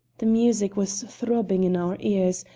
the music was throbbing in our ears,